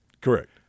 Correct